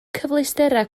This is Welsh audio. cyfleusterau